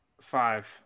Five